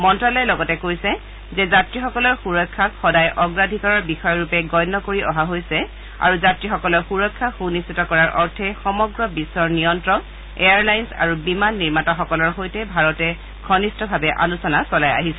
মন্ত্যালয়ে লগতে কৈছে যে যাত্ৰীসকলৰ সুৰক্ষা সদায় অগ্ৰাধিকাৰৰ বিষয়ৰূপে গণ্য কৰি অহা হৈছে আৰু যাত্ৰীসকলৰ সুৰক্ষা সুনিশ্চিত কৰাৰ অৰ্থে সমগ্ৰ বিশ্বৰ নিয়ন্ত্ৰক এয়াৰ লাইন্স আৰু বিমান নিৰ্মাতা সকলৰ সৈতে ভাৰতে ঘনিষ্ঠভাৱে আলোচনা চলাই আহিছে